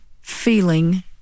feeling